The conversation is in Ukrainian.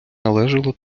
належало